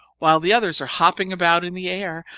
while the others are hopping about in the air,